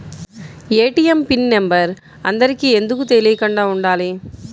ATM pin number అందరికి ఎందుకు తెలియకుండా ఉండాలి?